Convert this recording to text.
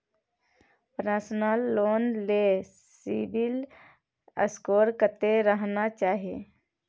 Personal loan ले CIBIL score कत्ते रहना चाही?